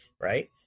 right